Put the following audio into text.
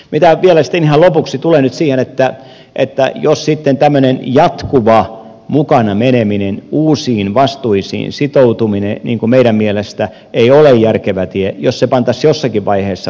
ihan lopuksi mitä tulee siihen että jatkuva mukana meneminen ja uusiin vastuisiin sitoutuminen ei ole meidän mielestämme järkevä tie ja siihen että jos se pantaisiin jossakin vaiheessa poikki